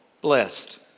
blessed